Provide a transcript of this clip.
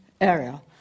area